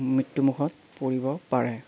মৃত্যুমুখত পৰিব পাৰে